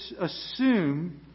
assume